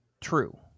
true